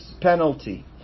penalty